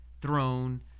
throne